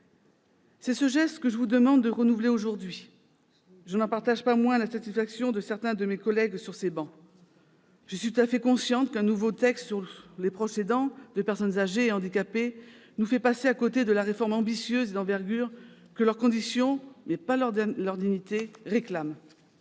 C'est ce geste que je vous demande de renouveler aujourd'hui. Je n'en partage pas moins l'insatisfaction de certains de mes collègues. Je suis tout à fait consciente que la discussion d'un nouveau texte sur les proches aidants de personnes âgées ou handicapées nous fait passer à côté de la réforme ambitieuse et d'envergure que leur condition réclame.